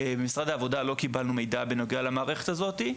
ממשרד העבודה לא קיבלנו מידע לגבי המערכת הזאת.